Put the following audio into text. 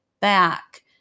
back